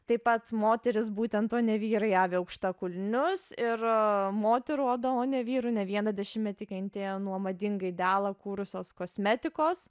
taip pat moterys būtent o ne vyrai avi aukštakulnius ir moterų oda o ne vyrų ne vieną dešimtmetį kentėjo nuo madingą idealą kūrusios kosmetikos